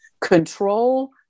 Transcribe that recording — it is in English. control